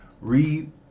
read